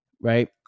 Right